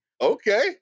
Okay